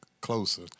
closer